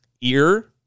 Ear